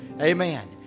Amen